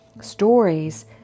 stories